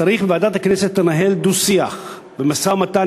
צריך בוועדת הכנסת לנהל דו-שיח במשא-ומתן